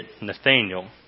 nathaniel